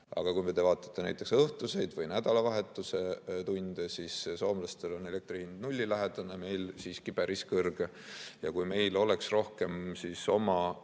Aga kui te vaatate näiteks õhtuseid või nädalavahetuse tunde, siis soomlastel on elektri hind nullilähedane, meil siiski päris kõrge. Kui meil oleks rohkem oma